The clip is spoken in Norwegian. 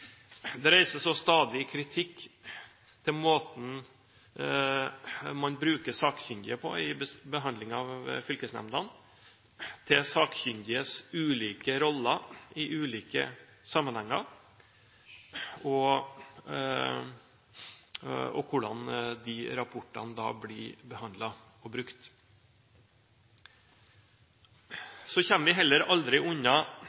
Det reises også stadig kritikk av måten man bruker sakkyndige på i behandlingen i fylkesnemndene – til sakkyndiges ulike roller i ulike sammenhenger – og hvordan de rapportene da blir behandlet og brukt. Så kommer vi heller aldri unna,